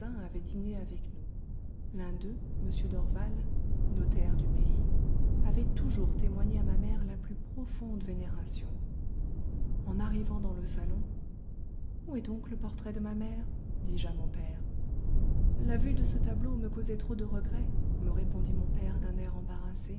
avaient dîné avec nous l'un d'eux m dorval notaire du pays avait toujours témoigné à ma mère la plus profonde vénération en arrivant dans le salon où est donc le portrait de ma mère dis-je à mon père la vue de ce tableau me causait trop de regrets me répondit mon père d'un air embarrassé